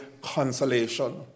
consolation